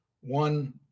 one